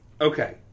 Okay